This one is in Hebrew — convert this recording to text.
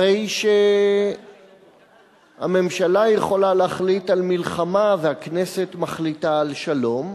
הרי שהממשלה יכולה להחליט על מלחמה והכנסת מחליטה על שלום,